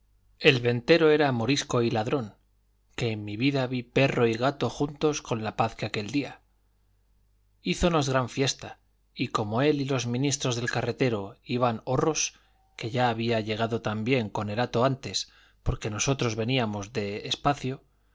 el ventero era morisco y ladrón que en mi vida vi perro y gato juntos con la paz que aquel día hízonos gran fiesta y como él y los ministros del carretero iban horros que ya había llegado también con el hato antes porque nosotros veníamos de espacio pegóse al coche diome a mí la mano para salir del